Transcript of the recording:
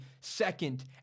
second